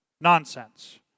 Nonsense